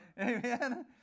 Amen